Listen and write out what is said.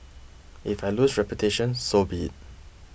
if I lose reputation so be it